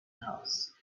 house